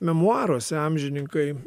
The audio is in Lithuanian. memuaruose amžininkai